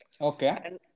okay